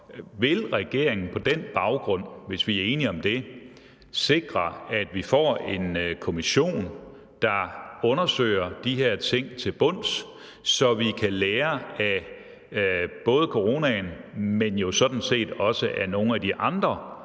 Vil regeringen på den baggrund – hvis vi er enige om det – sikre, at vi får en kommission, der undersøger de her ting til bunds, så vi kan lære både af coronaen, men jo sådan set også af nogle af de andre